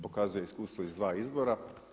Pokazuje iskustvo iz dva izbora.